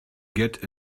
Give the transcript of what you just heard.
get